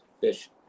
fish